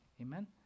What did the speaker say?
Amen